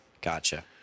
Gotcha